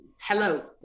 hello